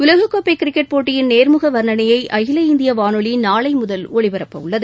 உலக்கோப்பை cricket போட்டியின் நேர்முக வா்னணையை அகில இந்திய வானொலி நாளை முதல் ஒலிபரப்பவுள்ளது